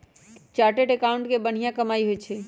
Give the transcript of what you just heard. chartered accountant के बनिहा कमाई होई छई